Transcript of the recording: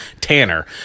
Tanner